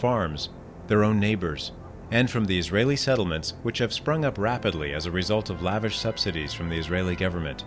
farms their own neighbors and from the israeli settlements which have sprung up rapidly as a result of lavish subsidies from the israeli government